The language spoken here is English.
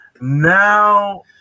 Now